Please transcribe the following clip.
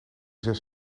zes